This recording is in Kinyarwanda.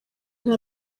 nta